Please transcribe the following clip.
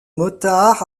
motards